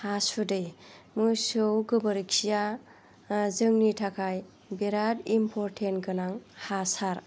हासुदै मोसौ गोबोरखिया जोंनि थाखाय बिराद इम्परटेन्टगोनां हासार